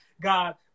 god